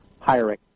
hiring